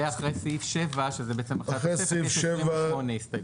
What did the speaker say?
ואחרי סעיף 7, שזה אחרי התוספת יש 28 הסתייגויות.